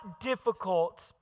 difficult